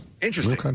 Interesting